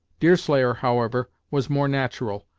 deerslayer, however, was more natural,